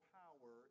power